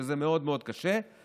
שזה מאוד מאוד קשה,